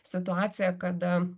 situaciją kada